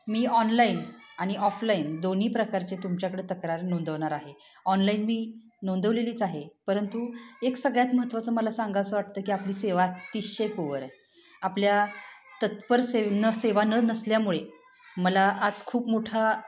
मी online आणि offline दोन्ही प्रकारचे तुमच्याकडे तक्रार नोंदवणार आहे ऑनलाईन मी नोंदवलेलीच आहे परंतु एक सगळ्यात महत्त्वाचं मला सांगावसं वाटतं की आपली सेवा अतिशय पुअर आहे आपल्या तत्पर से न सेवा न नसल्यामुळे मला आज खूप मोठा